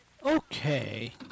Okay